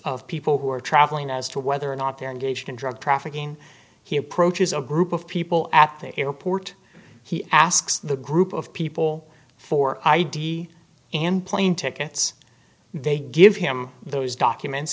of people who are travelling as to whether or not they're engaged in drug trafficking he approaches a group of people at the airport he asks the group of people for id in plane tickets they give him those documents